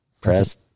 press